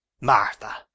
martha